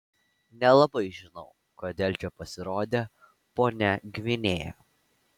nelabai žinau kodėl čia pasirodė ponia gvinėja